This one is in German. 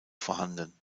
vorhanden